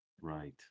Right